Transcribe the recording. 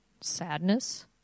sadness